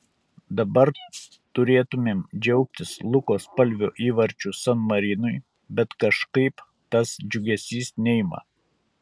dabar turėtumėm džiaugtis luko spalvio įvarčiu san marinui bet kažkaip tas džiugesys neima